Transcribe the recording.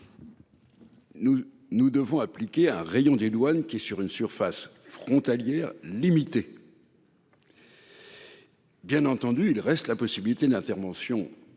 nous devons appliquer un rayon des douanes qui est sur une surface frontalière limité. Bien entendu, il reste la possibilité d'intervention